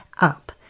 up